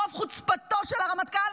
ברוב חוצפתו של הרמטכ"ל,